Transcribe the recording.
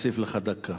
נוסיף לך דקה.